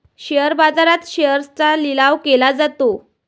share बाजारात शेअर्सचा लिलाव केला जातो